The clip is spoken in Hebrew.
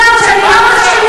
מה את רוצה?